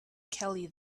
kelly